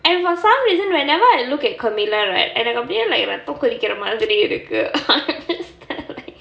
and for some reason whenever I look at camila right எனக்கு அப்படியே:enakku appadiyae like ரத்தோ கொதிக்கிற மாதரி இருக்கு:raththo kothikkura maathiri irukku I'm just there like